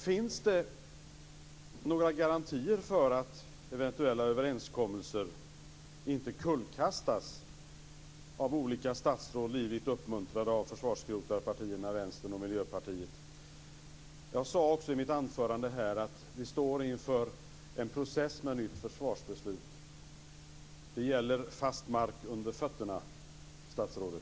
Finns det några garantier för att eventuella överenskommelser inte kullkastas av att olika statsråd har blivit uppmuntrade av försvarsskrotarpartierna Vänstern och Miljöpartiet? Jag sade i mitt anförande att vi står inför en process med nytt försvarsbeslut. Det gäller att ha fast mark under fötterna, statsrådet.